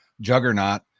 juggernaut